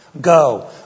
Go